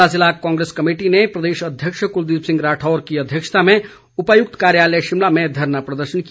शिमला जिला कांग्रेस कमेटी ने प्रदेश अध्यक्ष कुलदीप सिंह राठौर की अध्यक्षता में उपायुक्त कार्यालय शिमला में धरना प्रदर्शन किया